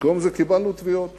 במקום זה קיבלנו תביעות